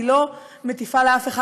אני לא מטיפה לאף אחד,